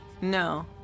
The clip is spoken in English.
No